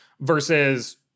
versus